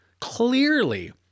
Clearly